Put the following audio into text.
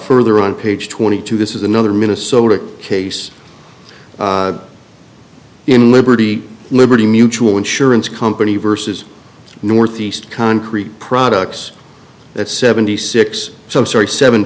further on page twenty two this is another minnesota case in liberty liberty mutual insurance company versus ne concrete products that seventy six some sorry seven